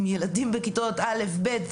עם ילדים בכיתה א'-ב',